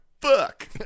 fuck